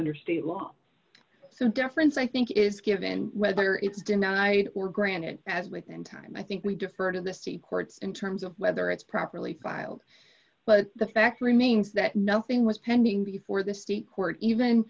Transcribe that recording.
under state law some deference i think is given whether it's denied or granted as within time i think we defer to the state courts in terms of whether it's properly filed but the fact remains that nothing was pending before the speech or even